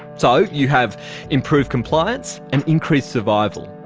so you have improved compliance and increased survival.